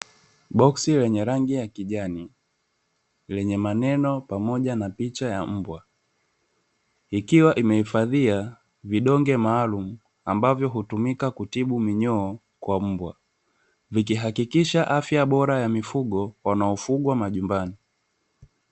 Boksi lenye rangi ya kijani lenye maneno pamoja na picha ya mbwa, ikiwa imehifadhia vidonge maalum ambavyo hutumika kutibu minyoo kwa mbwa. Vikihakikisha afya bora ya mifugo wanaofugwa majumbani.